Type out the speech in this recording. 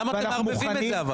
למה אתם מערבבים את זה?